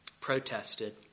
protested